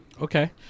Okay